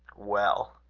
well!